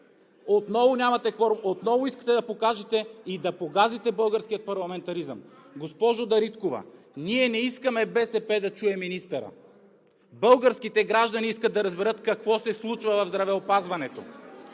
отново нямате кворум, отново искате да покажете и да погазите българския парламентаризъм! Госпожо Дариткова, ние не искаме БСП да чуе министъра. Българските граждани искат да разберат какво се случва в здравеопазването,